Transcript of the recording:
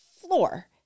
floor